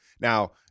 Now